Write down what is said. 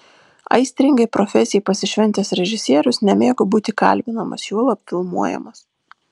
aistringai profesijai pasišventęs režisierius nemėgo būti kalbinamas juolab filmuojamas